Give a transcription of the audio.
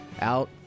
out